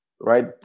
right